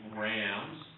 Grams